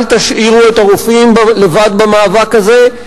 אל תשאירו את הרופאים לבד במאבק הזה,